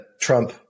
Trump